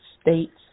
States